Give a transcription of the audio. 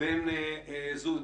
בין זוג.